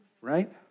right